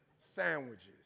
Sandwiches